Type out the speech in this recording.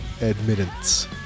admittance